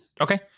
okay